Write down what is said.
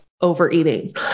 overeating